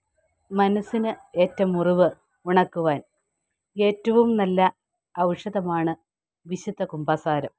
മനസ്സിന് ഏറ്റ മുറിവ് ഉണക്കുവാൻ ഏറ്റവും നല്ല ഔഷധമാണ് വിശുദ്ധ കുബസാരം